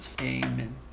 Amen